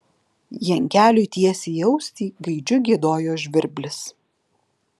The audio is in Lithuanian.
jankeliui tiesiai į ausį gaidžiu giedojo žvirblis